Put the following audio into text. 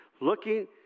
looking